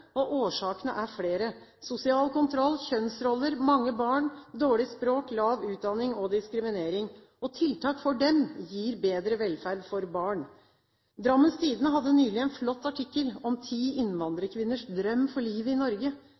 arbeidslivet. Årsakene er flere, sosial kontroll, kjønnsroller, mange barn, dårlig språk, lav utdanning og diskriminering. Tiltak for dem gir bedre velferd for barn. Drammens Tidende hadde nylig en flott artikkel om ti innvandrerkvinners drøm for livet i Norge.